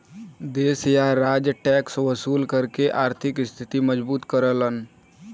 देश या राज्य टैक्स वसूल करके आर्थिक स्थिति मजबूत करलन